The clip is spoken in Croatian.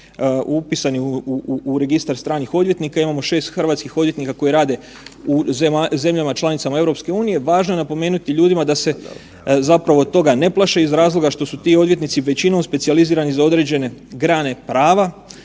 upisani u registar stranih odvjetnika, imamo 6 hrvatskih odvjetnika koji rade u zemljama članicama EU. Važno je napomenuti ljudima da zapravo toga ne plaše iz razloga što su ti odvjetnici većinom specijalizirani za određene grane prava,